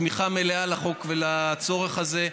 תמיכה מלאה לחוק ולצורך הזה.